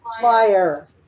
Fire